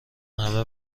همه